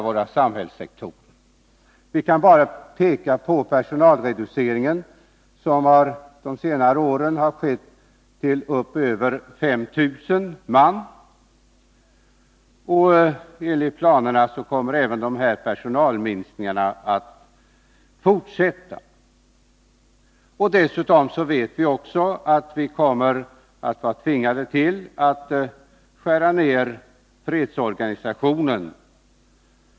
Vi kan bara peka på den personalreducering som har skett under senare år och som omfattar över 5 000 man. Enligt planerna kommer dessa personalminskningar att fortsätta. Dessutom vet vi att vi kommer att bli tvingade att skära ner fredsorganisationen.